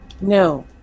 no